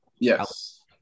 yes